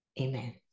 Amen